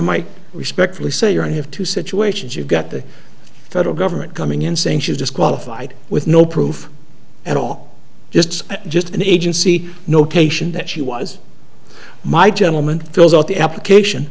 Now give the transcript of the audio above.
might respectfully say you're have two situations you've got the federal government coming in saying she's disqualified with no proof at all just just an agency notation that she was my gentleman fills out the application